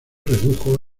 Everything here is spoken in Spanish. redujo